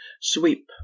sweep